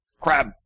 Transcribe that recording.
Crab